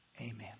Amen